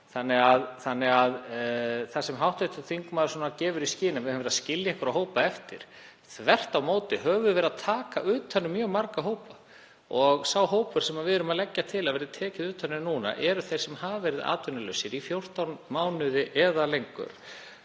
við hverju sinni. Hv. þingmaður gefur í skyn að við höfum verið að skilja einhverja hópa eftir. Þvert á móti höfum við verið að taka utan um mjög marga hópa og sá hópur sem við erum að leggja til að verði tekið utan um núna eru þeir sem hafa verið atvinnulausir í 14 mánuði eða lengur.